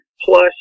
plus